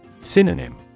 Synonym